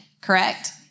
correct